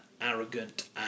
arrogant